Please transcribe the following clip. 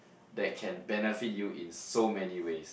that can benefit you in so many ways